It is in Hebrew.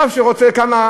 רב שרוצה כמה,